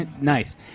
nice